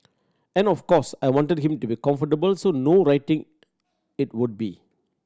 and of course I wanted him to be comfortable so no writing it would be